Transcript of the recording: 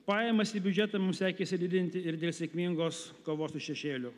pajamas į biudžetą mums sekėsi didinti ir dėl sėkmingos kovos su šešėliu